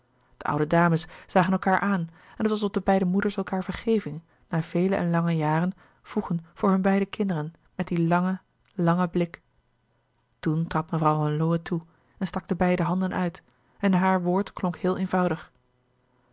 de oude dames zagen elkaâr aan en het was of de beide moeders elkaâr vergeving na vele en lange jaren vroegen voor hun beide kinderen met dien langen langen blik toen trad mevrouw van lowe toe en stak de beide handen uit en haar woord klonk heel eenvoudig